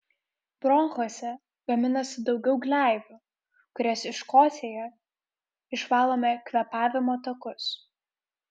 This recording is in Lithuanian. bronchuose gaminasi daugiau gleivių kurias iškosėję išvalome kvėpavimo takus